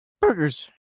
burgers